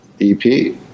EP